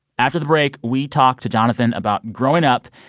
after the break, we talk to jonathan about growing up,